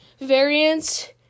variants